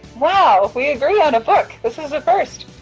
wow, we agree on a book! this is a first.